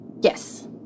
Yes